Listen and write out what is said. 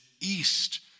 east